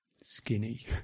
skinny